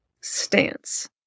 stance